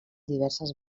diverses